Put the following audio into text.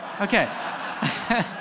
Okay